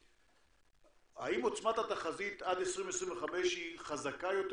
האם עוצמת התחזית עד 2025 היא חזקה יותר